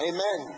Amen